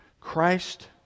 Christ